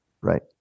Right